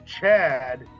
Chad